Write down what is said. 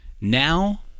Now